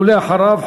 ואחריו,